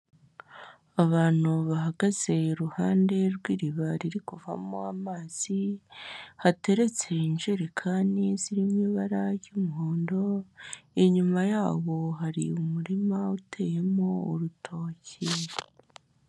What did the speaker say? Abantu bahagaze iruhande rw'iriba riri kuvamo amazi hateretse injerekani ziri mu ibara ry'umuhondo, inyuma yabo hari umurima uteyemo urutoki.